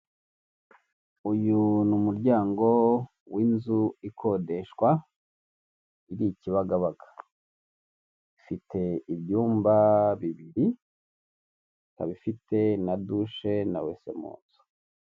uyu n'umuryango w'inzu ikodeshwa; iri Kibagabaga, ifite ibyumba bibiri, ikaba ifite na duche na wese mu nzu.